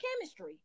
chemistry